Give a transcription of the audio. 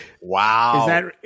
Wow